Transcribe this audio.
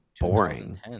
boring